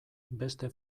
beste